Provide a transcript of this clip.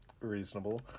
Reasonable